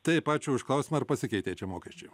taip ačiū už klausimą ar pasikeitė čia mokesčiai